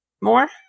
more